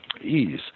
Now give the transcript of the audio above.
ease